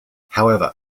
however